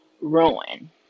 ruin